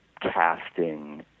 casting